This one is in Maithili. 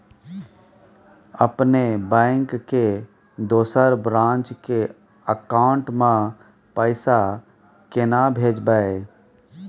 अपने बैंक के दोसर ब्रांच के अकाउंट म पैसा केना भेजबै?